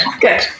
good